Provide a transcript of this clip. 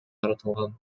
тартылган